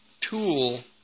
tool